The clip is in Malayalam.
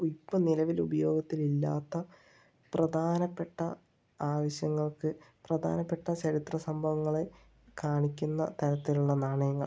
ഇപ്പോൾ നിലവിൽ ഉപയോഗത്തിലില്ലാത്ത പ്രധാനപ്പെട്ട ആവശ്യങ്ങൾക്ക് പ്രധാനപ്പെട്ട ചരിത്ര സംഭവങ്ങളെ കാണിക്കുന്ന തരത്തിലുള്ള നാണയങ്ങൾ